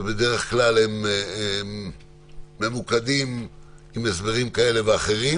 ובדרך כלל הם ממוקדים עם הסברים כאלה ואחרים,